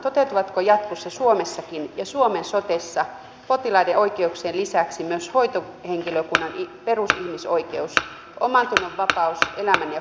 toteutuvatko jatkossa suomessakin ja suomen sotessa potilaiden oikeuksien lisäksi myös hoitohenkilökunnan perusihmisoikeus omantunnon vapaus elämän ja kuoleman kysymyksissä